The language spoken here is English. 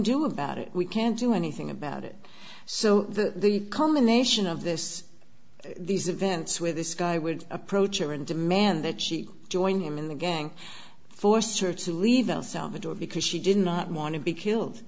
do about it we can't do anything about it so the combination of this these events with this guy would approach or and demand that she join him in the gang forced her to leave those salvador because she did not want to be killed